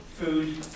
food